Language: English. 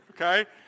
okay